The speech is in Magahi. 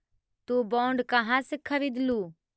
तु बॉन्ड कहा से खरीदलू?